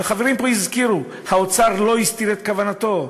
וחברים פה הזכירו שהאוצר לא הסתיר את כוונתו,